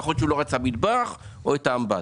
יכול להיות שהוא לא רצה מטבח או אמבטיה.